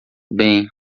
bem